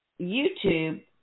YouTube